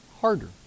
harder